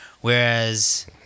whereas